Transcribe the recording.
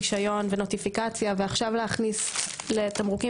רשיון ונוטיפיקציה ועכשיו להכניס לתמרוקים